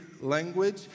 language